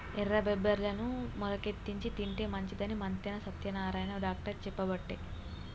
ఎర్ర బబ్బెర్లను మొలికెత్తిచ్చి తింటే మంచిదని మంతెన సత్యనారాయణ డాక్టర్ చెప్పబట్టే